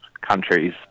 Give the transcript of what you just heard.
countries